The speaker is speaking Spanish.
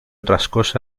otras